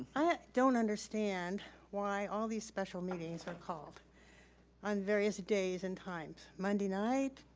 i don't understand why all these special meetings are called on various days and times. monday night,